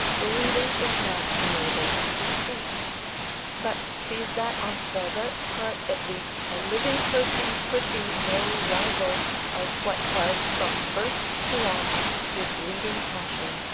the reader is not enabled to see but sees that, on flaubert's part at least, a living person could be no rival of what was, from first to last, his leading passion,